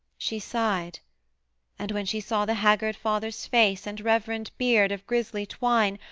she sighed and when she saw the haggard father's face and reverend beard of grisly twine,